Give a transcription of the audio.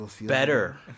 better